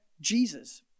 Jesus